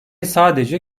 sadece